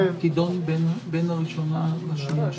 תידון בין הקריאה הראשונה לשנייה ושלישית.